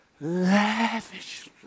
lavish